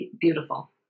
Beautiful